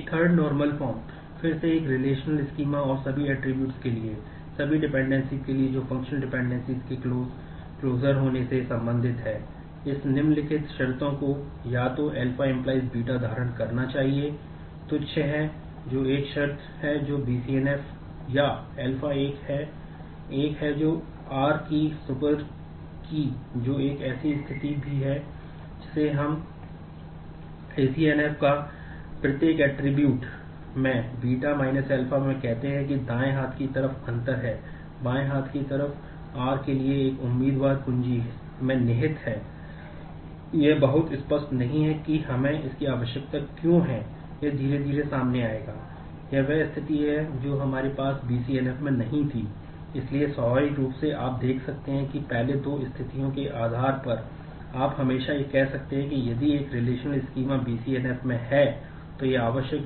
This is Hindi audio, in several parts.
एक थर्ड नार्मल फॉर्म BCNF में है तो यह आवश्यक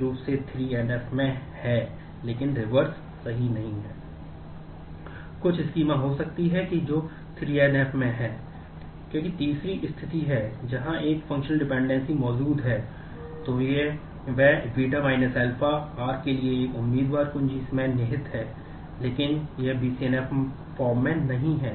रूप से 3NF में है लेकिन रिवर्स नहीं